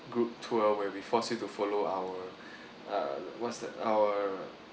group tour where we force you to follow our uh what's that our